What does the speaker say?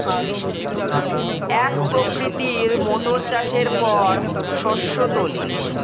এক প্রকৃতির মোটর চাষের পর শস্য তোলে